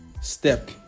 step